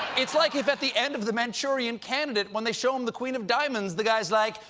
it's like, if at the end of the manchurian candidate when they show him the queen of diamonds, the guy's like,